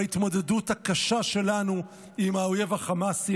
בהתמודדות הקשה שלנו עם האויב החמאסי.